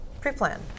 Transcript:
Pre-plan